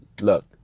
look